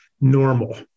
normal